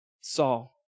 Saul